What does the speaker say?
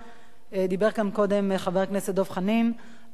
דיבר כאן קודם חבר הכנסת דב חנין על כך שמדברים